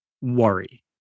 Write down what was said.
worry